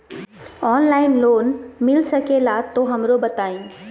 Online loan मिलता सके ला तो हमरो बताई?